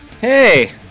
Hey